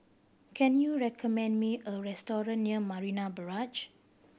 can you recommend me a restaurant near Marina Barrage